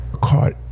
caught